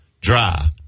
dry